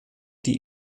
die